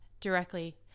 directly